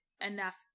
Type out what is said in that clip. enough